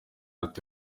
ati